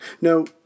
No